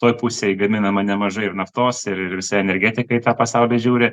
toj pusėj gaminama nemažai ir naftos ir energetikai tą pasaulį žiūri